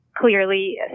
clearly